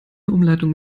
umleitung